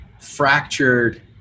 fractured